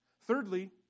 Thirdly